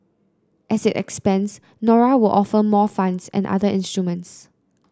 as it expands Nora will offer more funds and other instruments